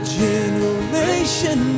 generation